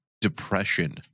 depression